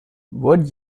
would